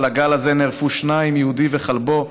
/ על הגל הזה נערפו שניים: יהודי וכלבו.